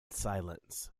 silence